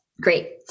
great